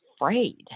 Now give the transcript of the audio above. afraid